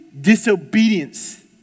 disobedience